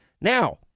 Now